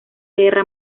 guerra